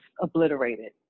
obliterated